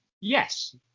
Yes